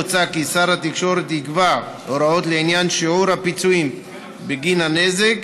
מוצע כי שר התקשורת יקבע הוראות לעניין שיעור הפיצויים בגין הנזק,